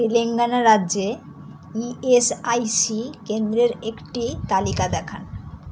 তেলেঙ্গানা রাজ্যে ইএসআইসি কেন্দ্রের একটি তালিকা দেখান